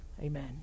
Amen